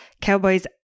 Cowboys